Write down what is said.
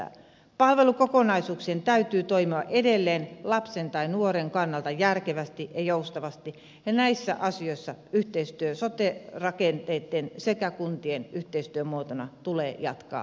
palvelukokonaisuuk sien täytyy toimia edelleen lapsen tai nuoren kannalta järkevästi ja joustavasti ja näissä asioissa yhteistyön sote rakenteitten ja kuntien yhteistyömuotona tulee jatkaa eteenpäin